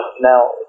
now